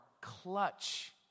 clutch